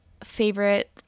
favorite